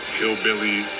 hillbilly